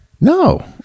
No